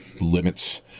limits